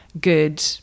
good